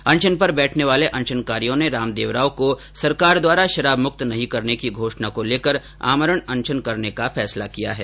अनशन पर बैठने वाले अनशन कारियों ने रामदेवरा को सरकार द्वारा शराब मुक्त नहीं करने की घोषणा को लेकर आमरण अनशन करने का फैसला किया है